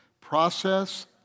process